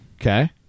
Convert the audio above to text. Okay